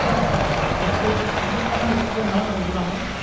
नहीं जो टेस्टेड जो पर्मिस्ट गेम है मधेपुरा में